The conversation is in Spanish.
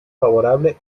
favorable